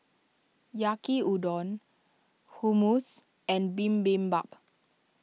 Yaki Udon Hummus and Bibimbap